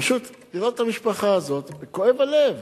פשוט לראות את המשפחה הזאת, כואב הלב.